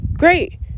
Great